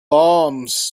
arms